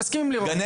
אני מסכים עם לירון.